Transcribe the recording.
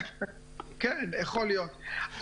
יכול להיות.